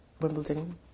Wimbledon